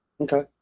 okay